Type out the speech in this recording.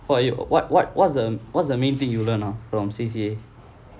what are you what what what's the what's the main thing you learnt ah from C_C_A